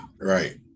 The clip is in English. right